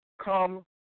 come